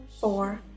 four